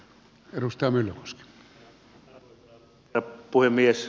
arvoisa herra puhemies